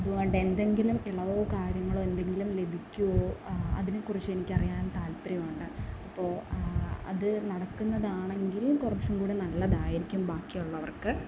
അതുകൊണ്ടെന്തെങ്കിലും ഇളവോ കാര്യങ്ങളോ എന്തെങ്കിലും ലഭിക്കുമോ അതിനെക്കുറിച്ചെനിക്കറിയാൻ താൽപര്യമുണ്ട് അപ്പോള് അതു നടക്കുന്നതാണെങ്കില് കുറച്ചുംകൂടി നല്ലതായിരിക്കും ബാക്കിയുള്ളവർക്ക്